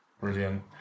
Brilliant